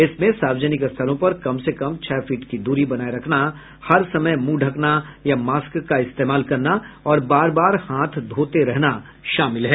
इसमें सार्वजनिक स्थलों पर कम से कम छह फीट की द्री बनाये रखना हर समय मुंह ढंकना या मास्क का इस्तेमाल करना और बार बार हाथ धोते रहना शामिल है